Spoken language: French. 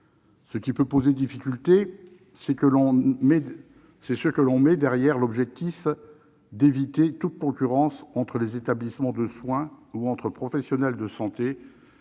Ce qui peut poser une difficulté, c'est ce que l'on met derrière l'objectif d'éviter toute concurrence entre les établissements de soins ou entre professionnels de santé,